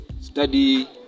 study